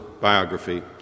biography